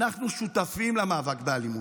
אנחנו שותפים למאבק באלימות,